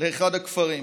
לאחד הכפרים.